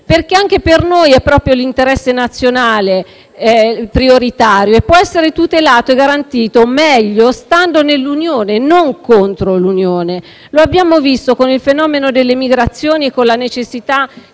perche anche per noi è prioritario l'interesse nazionale e può essere tutelato e garantito meglio stando nell'Unione e non contro l'Unione: lo abbiamo visto con il fenomeno delle migrazioni e con la necessità